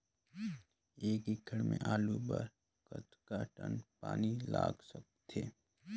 एक एकड़ के आलू बर कतका टन पानी लाग सकथे?